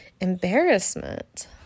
embarrassment